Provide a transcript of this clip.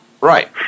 Right